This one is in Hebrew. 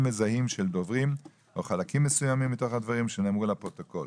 מזהים של דוברים או חלקים מסוימים מתוך הדברים שנאמרו לפרוטוקול.